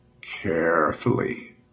carefully